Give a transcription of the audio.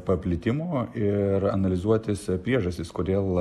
paplitimo ir analizuotis priežastis kodėl